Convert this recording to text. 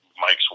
Mike's